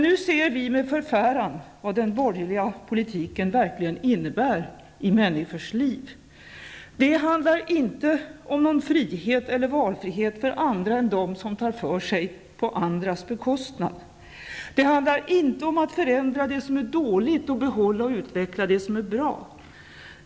Nu ser vi med förfäran vad den borgerliga politiken verkligen innebär i människors liv. Det handar inte om någon frihet eller valfrihet för andra än dem som tar för sig på andras bekostnad. Det handar inte om att förändra det som är dåligt och att behålla och utveckla det som är bra.